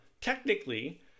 Technically